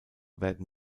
werden